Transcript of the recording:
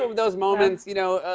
those moments, you know,